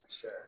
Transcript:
Sure